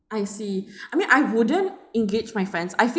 I see I mean I wouldn't engage my friends I feel